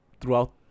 throughout